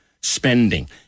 spending